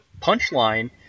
punchline –